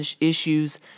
issues